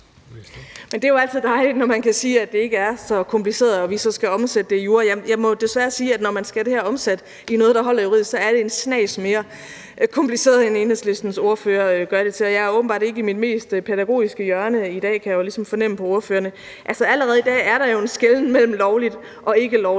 Det er jo altid dejligt, når man kan sige, at det ikke er så kompliceret, og vi så skal omsætte det i jura. Jeg må jo desværre sige, at det, når man skal have det her omsat i noget, der holder juridisk, så er en snas mere kompliceret, end Enhedslistens ordfører gør det til, og jeg er åbenbart ikke i mit mest pædagogiske hjørne i dag, kan jeg ligesom fornemme på ordførerne. Altså, allerede i dag er der jo en skelnen mellem lovligt og ikkelovligt